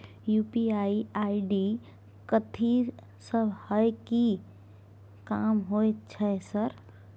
UPI ID कथि सब हय कि काम होय छय सर?